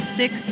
six